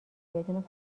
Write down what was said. بدون